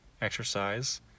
exercise